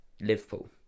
Liverpool